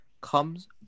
comes